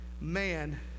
man